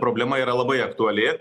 problema yra labai aktuali